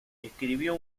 escribió